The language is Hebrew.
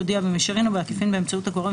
יודיע במישרין או בעקיפין באמצעות הגורם